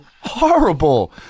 horrible